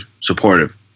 supportive